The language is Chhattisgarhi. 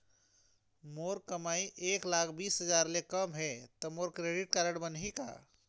मोर कमाई एक लाख बीस हजार ले कम हे त मोर क्रेडिट कारड बनही का?